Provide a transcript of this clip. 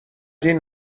این